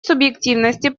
субъективности